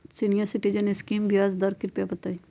senior citizen scheme के ब्याज दर कृपया बताईं